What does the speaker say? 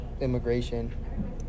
immigration